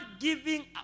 giving